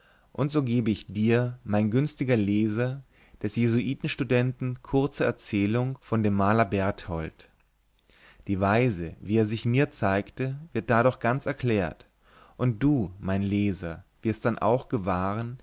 und so gebe ich dir mein günstiger leser des jesuiten studenten kurze erzählung von dem maler berthold die weise wie er sich mir zeigte wird dadurch ganz erklärt und du o mein leser wirst dann auch gewahren